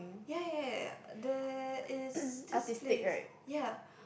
ya ya ya ya there is this place ya